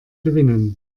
gewinnen